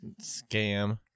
Scam